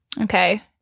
okay